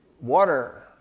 water